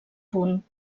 punt